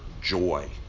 joy